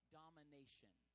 domination